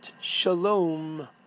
Shalom